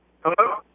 Hello